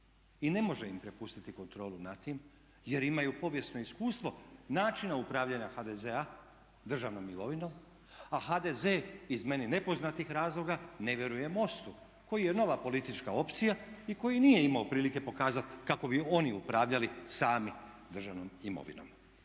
i ne može im prepustiti kontrolu nad tim jer imaju povijesno iskustvo načina upravljanja HDZ-a državnom imovinom a HDZ iz meni nepoznatih razloga ne vjeruje MOST-u koji je nova politička opcija i koji nije imao prilike pokazati kako bi oni upravljali sami državnom imovinom.